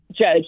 judge